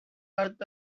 earth